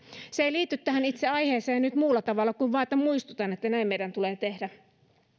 se ei liity tähän itse aiheeseen nyt muulla tavalla kuin niin että muistutan että näin meidän tulee tehdä